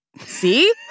See